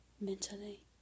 mentally